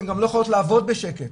הן גם לא יכולות לעבוד בשקט.